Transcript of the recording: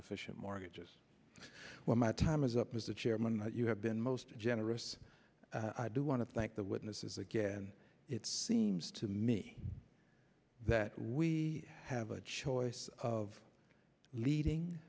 and mortgages when my time is up as the chairman you have been most generous i do want to thank the witnesses again it seems to me that we have a choice of leading